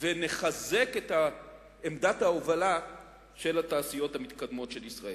ונחזק את עמדת ההובלה של התעשיות המתקדמות של ישראל.